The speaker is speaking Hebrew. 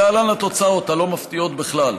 להלן התוצאות, הלא-מפתיעות בכלל: